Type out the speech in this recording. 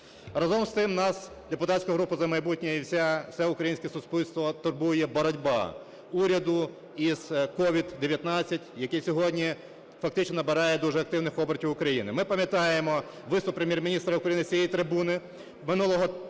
Разом з цим нас, депутатську групу "За майбутнє", і все українське суспільство турбує боротьба уряду із COVID-19, який сьогодні фактично набирає дуже активних обертів в Україні. Ми пам'ятаємо виступ Прем'єр-міністра України з цієї трибуни минулого